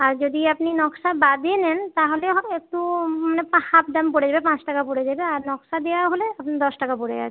আর যদি আপনি নকশা বাদ দিয়ে নেন তাহলে হবে একটু মানে পা হাফ দাম পড়ে যাবে পাঁচ টাকা পড়ে যাবে আর নকশা দেওয়া হলে আপনার দশ টাকা পড়ে যাচ্ছে